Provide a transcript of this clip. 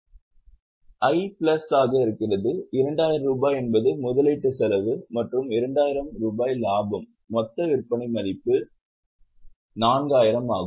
I plus ஆக இருக்கிறது 2000 ரூபாய் என்பது முதலீட்டு செலவு மற்றும் 2000 ரூபாய் லாபம் மொத்த விற்பனை மதிப்பு 4000 ஆகும்